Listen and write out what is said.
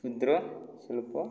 କ୍ଷୁଦ୍ର ଶିଳ୍ପ